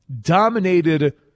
dominated